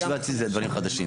הדיון.